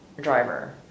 driver